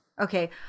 Okay